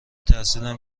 ترسیدم